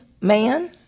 man